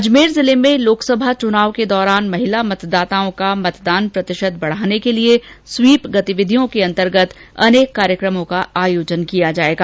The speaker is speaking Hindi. अजमेर जिले में लोकसभा चुनाव के दौरान महिला मतदाताओं का मतदान प्रतिशत बढाने के लिए स्वीप गतिविधियों के अंतर्गत अनेक कार्यक्रमों का आयोजन किया जाएगा